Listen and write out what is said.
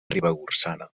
ribagorçana